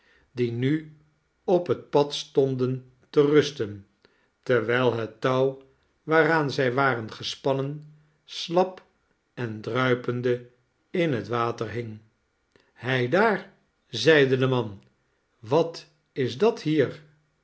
die nu op het pad stonden te rusten terwijl hettouw waaraan zij waren gespannen slap en druipende in het water hing heidaarl zeide de man wat isdathier wij